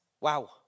Wow